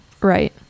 Right